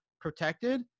protected